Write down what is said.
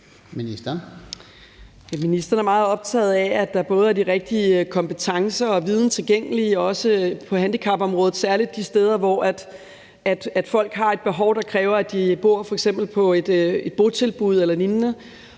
Ministeren er meget optaget af, at der også på handicapområdet er både de rigtige kompetencer og den rigtige viden tilgængelig, særlig de steder, hvor folk har et behov, der kræver, at de bor på et botilbud eller lignende.